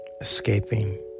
escaping